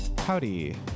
Howdy